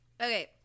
okay